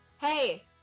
hey